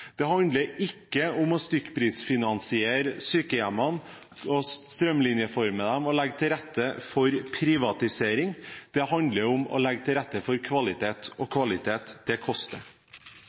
Det handler ikke om å stykkprisfinansiere sykehjemmene, strømlinjeforme dem og legge til rette for privatisering. Det handler om å legge til rette for kvalitet, og kvalitet koster. Det